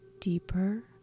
deeper